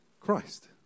Christ